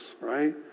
right